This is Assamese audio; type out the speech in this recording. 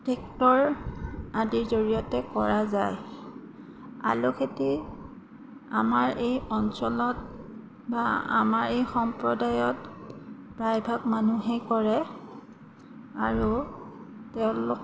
ট্ৰেক্টৰ আদিৰ জৰিয়তে কৰা যায় আলু খেতি আমাৰ এই অঞ্চলত বা আমাৰ এই সম্প্ৰদায়ত প্ৰায় ভাগ মানুহেই কৰে আৰু তেওঁলোক